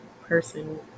person